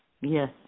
Yes